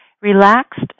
relaxed